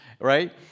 right